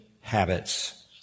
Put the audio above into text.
habits